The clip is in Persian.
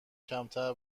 کمتر